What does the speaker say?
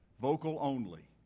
vocal-only